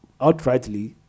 outrightly